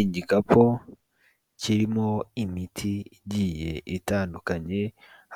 Igikapu kirimo imiti igiye itandukanye